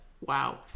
wow